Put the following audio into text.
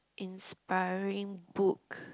inspiring book